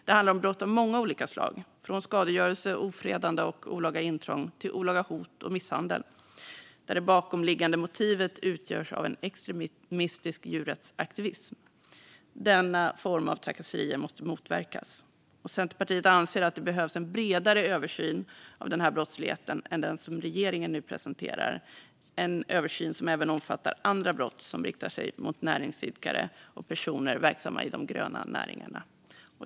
Det handlar om brott av många olika slag, från skadegörelse, ofredande och olaga intrång till olaga hot och misshandel där det bakomliggande motivet utgörs av en extremistisk djurrättsaktivism. Denna form av trakasserier måste motverkas. Centerpartiet anser att det behövs en bredare översyn av denna brottslighet än den som regeringen nu presenterar, en översyn som även omfattar andra brott som riktar sig mot näringsidkare och personer verksamma i de gröna näringarna.